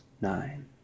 nine